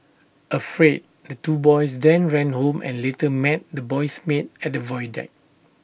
afraid the two boys then ran home and later met the boy's maid at the void deck